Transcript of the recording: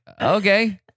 okay